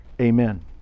Amen